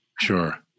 Sure